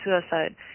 suicide